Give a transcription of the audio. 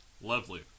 lovely